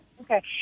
Okay